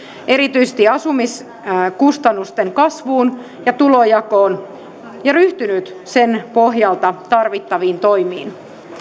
erityisesti asumiskustannusten kasvuun ja tulonjakoon ja ryhtynyt sen pohjalta tarvittaviin toimiin